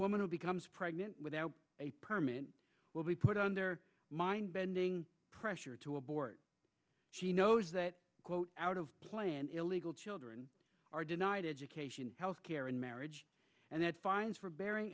woman who becomes pregnant without a permit will be put on their mind bending pressure to abort she knows that quote out of play and illegal children are denied education health care and marriage and that fines for bearing